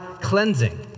cleansing